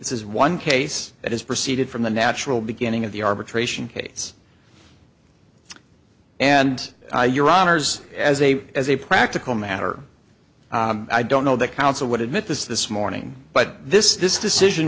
this is one case that has proceeded from the natural beginning of the arbitration case and your honors as a as a practical matter i don't know that counsel would admit this this morning but this this decision